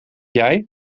jij